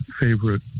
favorite